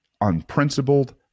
unprincipled